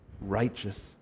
righteous